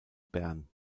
bern